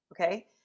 Okay